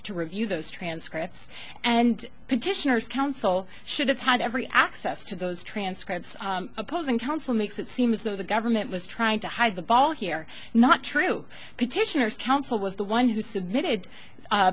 to review those transcripts and petitioners counsel should have had every access to those transcripts opposing counsel makes it seem as though the government was trying to hide the ball here not true petitioners counsel was the one who submitted